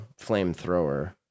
flamethrower